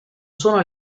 sono